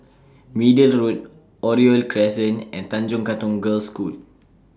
Middle Road Oriole Crescent and Tanjong Katong Girls' School